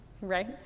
Right